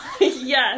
Yes